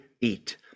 eat